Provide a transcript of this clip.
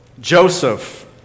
Joseph